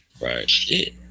Right